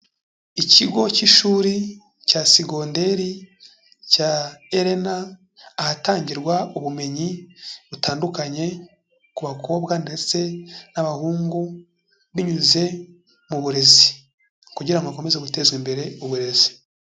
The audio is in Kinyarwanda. Ikigo cy'ishuri cya segonderi cya Elena, ahatangirwa ubumenyi butandukanye ku bakobwa ndetse n'abahungu binyuze mu burezi, kugira hakomezwe gutezwa imbere uburezi.